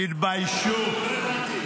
תתביישו.